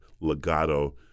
legato